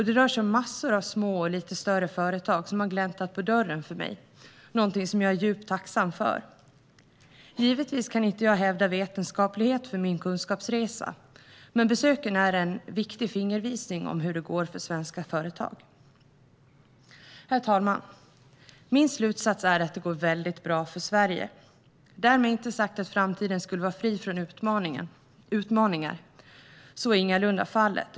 Det rör sig om massor av små och lite större företag som har gläntat på dörren för mig, något som jag är djupt tacksam för. Givetvis kan jag inte hävda vetenskaplighet för min kunskapsresa, men besöken är en viktig fingervisning om hur det går för svenska företag. Herr talman! Min slutsats är att det går väldigt bra för Sverige. Därmed inte sagt att framtiden skulle vara fri från utmaningar. Så är ingalunda fallet.